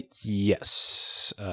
Yes